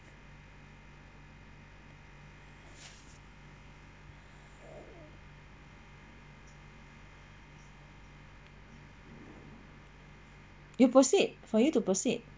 you proceed for you to proceed